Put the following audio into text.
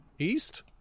East